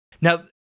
Now